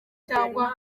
cyangwa